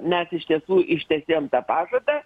mes iš tiesų ištesėjom tą pažadą